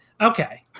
Okay